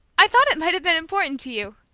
i thought it might have been important to you!